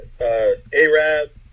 a-rab